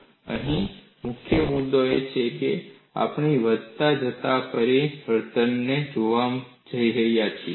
અને અહીં મુખ્ય મુદ્દો એ છે કે આપણે વધતા જતા પરિવર્તનને જોવા જઈ રહ્યા છીએ